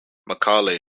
macaulay